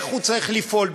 איך הוא צריך לפעול,